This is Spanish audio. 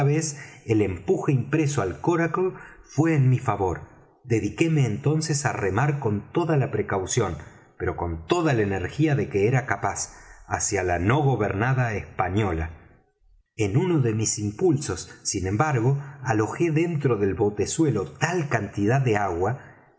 el empuje impreso al coracle fué en mi favor dediquéme entonces á remar con toda la precaución pero con toda la energía de que era capaz hacia la no gobernada española en uno de mis impulsos sin embargo alojé dentro del botezuelo tal cantidad de agua